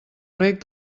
reg